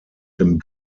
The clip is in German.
dem